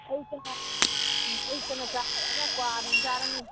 ꯑꯌꯨꯛꯇꯅ ꯆꯥ ꯊꯛꯑꯒ ꯀ꯭ꯋꯥꯅꯨꯡ ꯆꯥꯔꯅꯤ